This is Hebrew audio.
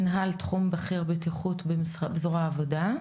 מנהל תחום בכיר בטיחות בזרוע העבודה.